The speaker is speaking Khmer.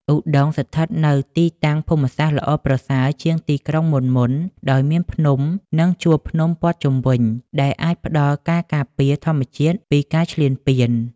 ឧដុង្គស្ថិតនៅទីតាំងភូមិសាស្ត្រល្អប្រសើរជាងទីក្រុងមុនៗ ដោយមានភ្នំនិងជួរភ្នំព័ទ្ធជុំវិញ ដែលអាចផ្តល់ការការពារធម្មជាតិពីការឈ្លានពាន។